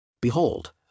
Behold